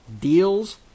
deals